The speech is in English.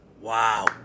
Wow